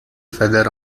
feather